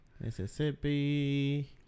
Mississippi